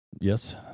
Yes